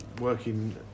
working